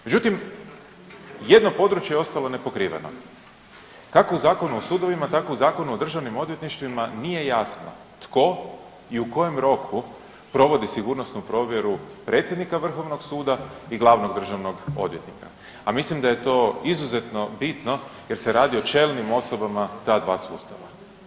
Međutim, jedno područje je ostalo nepokriveno kako u Zakonu o sudovima, tako u Zakonu o državnim odvjetništvima nije jasno tko i u kojem roku provodi sigurnosnu provjeru predsjednika Vrhovnog suda i glavnog državnog odvjetnika, a misli da je to izuzetno bitno jer se radi o čelnim osobama ta dva sustava.